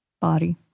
body